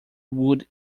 would